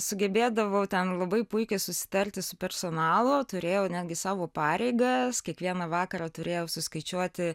sugebėdavau ten labai puikiai susitarti su personalu turėjau netgi savo pareigas kiekvieną vakarą turėjau suskaičiuoti